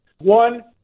One